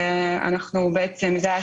כולנו צריכים להגיע לאותו מקום, לאותה